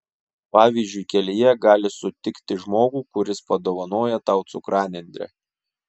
pavyzdžiui kelyje gali sutikti žmogų kuris padovanoja tau cukranendrę